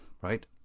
right